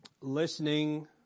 listening